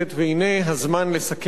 והנה הזמן לסכם אותו.